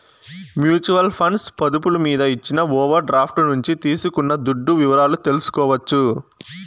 mutual funds పొదుపులు మీద ఇచ్చిన ఓవర్ డ్రాఫ్టు నుంచి తీసుకున్న దుడ్డు వివరాలు తెల్సుకోవచ్చు